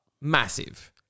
Massive